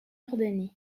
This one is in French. ordonnée